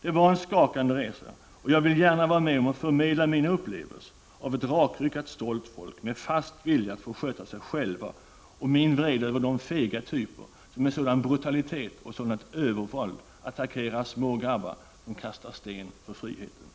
Det var en skakande resa, och jag vill gärna förmedla mina upplevelser av ett rakryggat, stolt folk, med fast vilja att få sköta sig själva, och min vrede över de fega typer som med sådan brutalitet och sådant övervåld attackerar små grabbar som kastar sten för friheten.